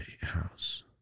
house